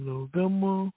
November